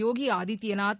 Bogi Adityanath